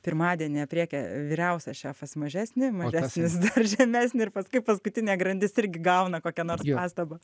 pirmadienį aprėkia vyriausias šefas mažesnį mažesnis dar žemesnį ir paskui paskutinė grandis irgi gauna kokią nors pastabą